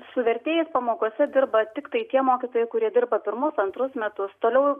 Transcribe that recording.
su vertėjais pamokose dirba tiktai tie mokytojai kurie dirba pirmus antrus metus toliau